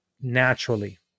naturally